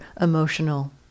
emotional